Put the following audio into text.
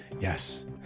Yes